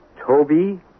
Toby